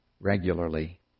regularly